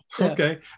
Okay